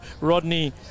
Rodney